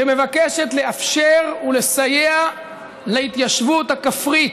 שמבקשת לאפשר, לסייע להתיישבות הכפרית,